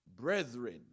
Brethren